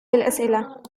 الأسئلة